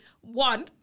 one